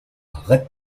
red